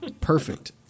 perfect